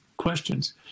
questions